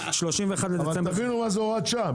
אבל תבינו מה זה הוראת שעה,